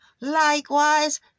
likewise